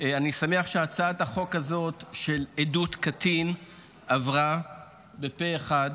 אני שמח שהצעת החוק הזאת של עדות קטין עברה פה אחד.